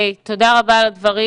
תודה רבה על הדברים.